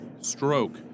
stroke